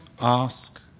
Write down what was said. ask